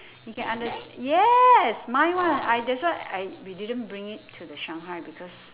he can understa~ yes mine [one] I that's why I we didn't bring it to the shanghai because